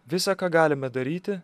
visa ką galime daryti